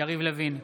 יריב לוין,